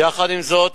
יחד עם זאת,